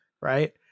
right